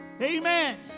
Amen